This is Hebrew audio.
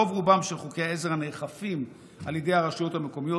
רוב-רובם של חוקי העזר הנאכפים על ידי הרשויות המקומיות